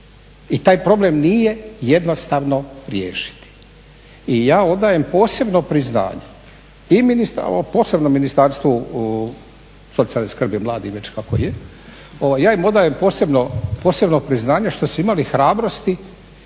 i taj problem nije jednostavno riješiti i ja odajem posebno priznanje posebno Ministarstvu socijalne skrbi i mladih, već kako je, ja im odajem posebno priznanje što su imali hrabrosti,